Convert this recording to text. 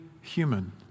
human